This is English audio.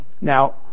now